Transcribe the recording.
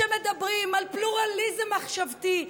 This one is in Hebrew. שמדברים על פלורליזם מחשבתי,